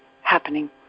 happening